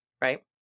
Right